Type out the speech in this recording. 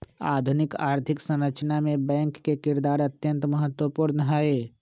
आधुनिक आर्थिक संरचना मे बैंक के किरदार अत्यंत महत्वपूर्ण हई